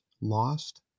lost